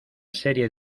serie